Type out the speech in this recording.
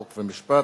חוק ומשפט.